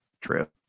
true